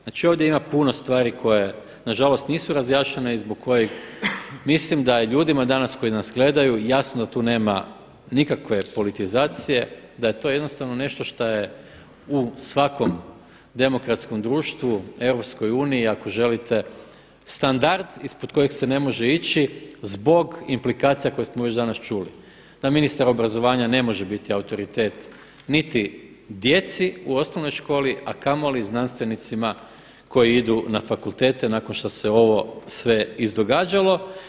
Znači ovdje ima puno stvari koje nažalost nisu razjašnjene i zbog kojih mislim da je ljudima danas koji nas gledaju jasno da tu nema nikakve politizacije, da je to jednostavno nešto šta je u svakom demokratskom društvu, Europskoj uniji ako želite standard ispod kojeg se ne može ići zbog implikacija koje smo već danas čuli, da ministar obrazovanja ne može biti autoritet niti djece u osnovnoj školi a kamoli znanstvenicima koji idu na fakultete nakon što se ovo sve izdogađalo.